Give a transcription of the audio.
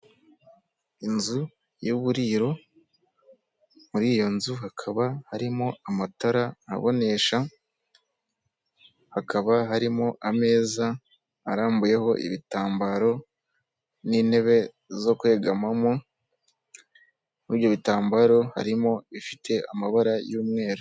Inzu y'uburiro muri iyo nzu hakaba harimo amatara abonesha hakaba harimo ameza arambuyeho ibitambaro n'intebe zo kwegamamo ibyo bitambaro harimo ifite amabara y'umweru .